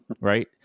right